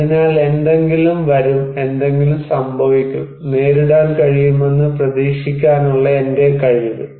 അതിനാൽ എന്തെങ്കിലും വരും എന്തെങ്കിലും സംഭവിക്കും നേരിടാൻ കഴിയുമെന്ന് പ്രതീക്ഷിക്കാനുള്ള എന്റെ കഴിവ്